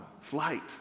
flight